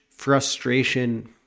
Frustration